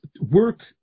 Work